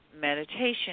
meditation